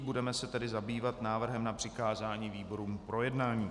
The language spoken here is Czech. Budeme se tedy zabývat návrhem na přikázání výborům k projednání.